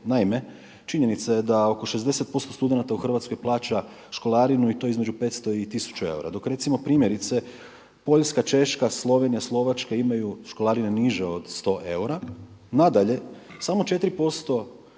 Naime, činjenica je da oko 60% studenata u Hrvatskoj plaća školarinu i to između 500 i 1000 eura dok recimo primjerice Poljska, Češka, Slovenija i Slovačka imaju školarine niže od 100 eura. Nadalje, samo 4%